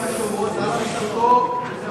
יהודה ושומרון זה בתחום משרד הביטחון.